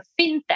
fintech